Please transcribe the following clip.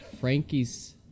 frankie's